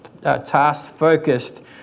task-focused